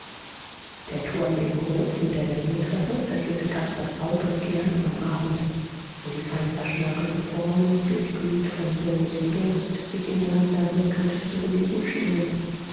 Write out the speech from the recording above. der turm im hof mit der wendeltreppe fesselte caspars auge gern am abend wenn die feinverschnörkelten formen durchglüht von bläulichem dunst sich ineinanderwirkend zu beleben schienen